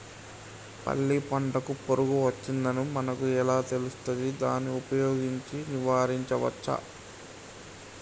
పల్లి పంటకు పురుగు వచ్చిందని మనకు ఎలా తెలుస్తది దాన్ని ఉపయోగించి నివారించవచ్చా?